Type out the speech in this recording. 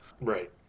Right